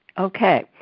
Okay